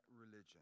religion